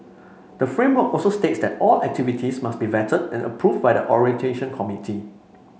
the framework also states that all activities must be vetted and approved by the orientation committee